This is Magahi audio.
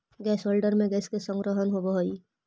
गैस होल्डर में गैस के संग्रहण होवऽ हई